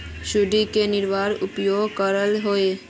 सुंडी के निवारक उपाय का होए?